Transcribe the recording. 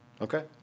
Okay